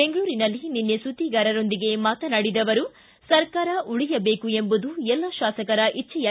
ಬೆಂಗಳೂರಿನಲ್ಲಿ ನಿನ್ನೆ ಸುದ್ದಿಗಾರರೊಂದಿಗೆ ಮಾತನಾಡಿದ ಅವರು ಸರ್ಕಾರ ಉಳಿಯಬೇಕು ಎಂಬುದು ಎಲ್ಲ ತಾಸಕರ ಇಚ್ಚೆ